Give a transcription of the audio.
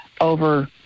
over